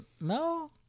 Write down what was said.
no